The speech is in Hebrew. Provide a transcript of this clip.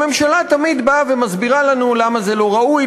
הממשלה תמיד באה ומסבירה לנו למה זה לא ראוי,